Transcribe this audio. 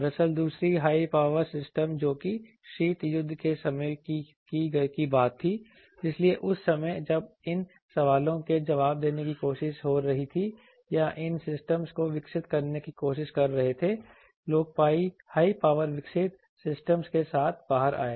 दरअसल दूसरी high power system जो कि शीत युद्ध के समय की बात थी इसलिए उस समय जब इन सवालों के जवाब देने की कोशिश हो रही थी या इन सिस्टमज को विकसित करने की कोशिश कर रहे थे लोग हाई पावर विकसित सिस्टमज के साथ बाहर आए